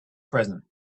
present